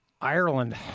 Ireland